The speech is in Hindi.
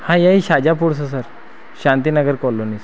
हाँ यहीं शाहजहाँपुर से सर शांतीनगर कोलोनी सर